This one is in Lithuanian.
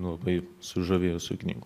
labai sužavėjusių knygų